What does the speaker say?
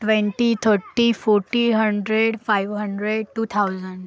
twenty थट्टी forty hundred five hundred two thousand